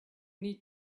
need